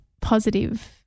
positive